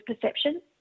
perception